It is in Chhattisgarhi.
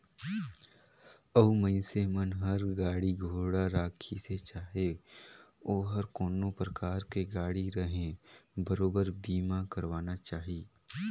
अउ मइनसे मन हर गाड़ी घोड़ा राखिसे चाहे ओहर कोनो परकार के गाड़ी रहें बरोबर बीमा करवाना चाही